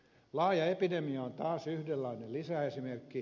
laaja epidemia on taas yhdenlainen lisäesimerkki